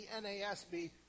NASB